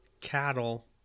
cattle